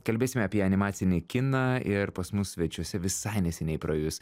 kalbėsime apie animacinį kiną ir pas mus svečiuose visai neseniai praėjus